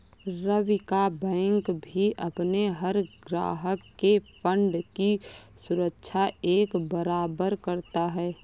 रवि का बैंक भी अपने हर ग्राहक के फण्ड की सुरक्षा एक बराबर करता है